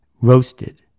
roasted